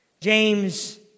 James